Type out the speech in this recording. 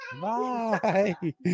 Bye